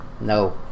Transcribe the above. No